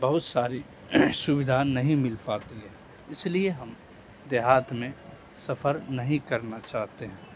بہت ساری سویدھا نہیں مل پاتی ہے اس لیے ہم دیہات میں سفر نہیں کرنا چاہتے ہیں